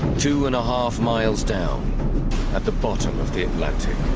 two and a half miles down at the bottom of the atlantic.